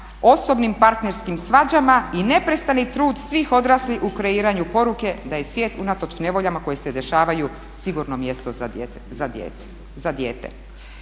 osobnim partnerskim svađama i neprestani trud svih odraslih u kreiranju poruke da je svijet unatoč nevoljama koje se dešavaju sigurno mjesto za dijete.